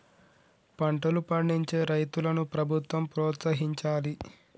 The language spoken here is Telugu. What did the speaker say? పంటలు పండించే రైతులను ప్రభుత్వం ప్రోత్సహించాలి